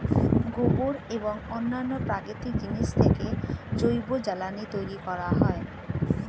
গোবর এবং অন্যান্য প্রাকৃতিক জিনিস থেকে জৈব জ্বালানি তৈরি হয়